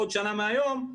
עוד שנה מהיום,